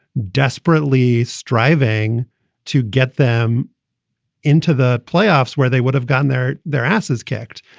desperately striving to get them into the playoffs where they would have gotten their their asses kicked.